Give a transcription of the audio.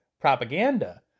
propaganda